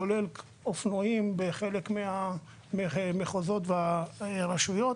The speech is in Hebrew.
כולל אופנועים בחלק מהמחוזות והרשויות